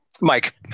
Mike